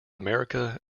america